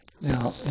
Now